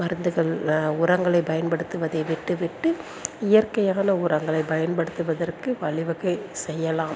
மருந்துகள் உரங்களை பயன்படுத்துவதை விட்டுவிட்டு இயற்கையான உரங்களை பயன்படுத்துவதற்கு வழிவகை செய்யலாம்